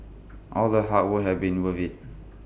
all the hard work had been worth IT